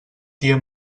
tia